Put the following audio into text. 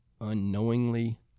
unknowingly